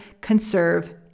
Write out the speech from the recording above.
conserve